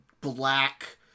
black